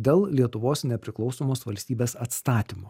dėl lietuvos nepriklausomos valstybės atstatymo